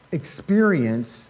experience